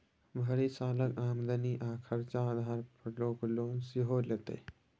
भरि सालक आमदनी आ खरचा आधार पर लोक लोन सेहो लैतै